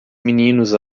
meninos